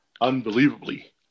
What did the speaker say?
unbelievably